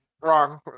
Wrong